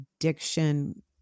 addiction